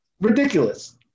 Ridiculous